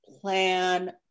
plan